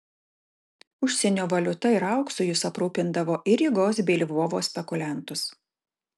užsienio valiuta ir auksu jis aprūpindavo ir rygos bei lvovo spekuliantus